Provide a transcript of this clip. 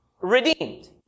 Redeemed